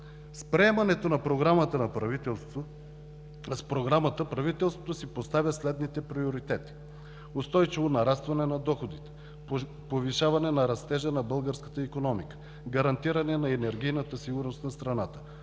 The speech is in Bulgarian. С приемането на Програмата правителството си поставя следните приоритети: устойчиво нарастване на доходите, повишаване на растежа на българската икономика, гарантиране на енергийната сигурност на страната,